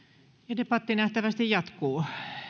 ja debatti nähtävästi jatkuu